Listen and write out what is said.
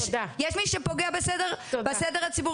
יש מי שפוגע בסדר הציבורי,